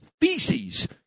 feces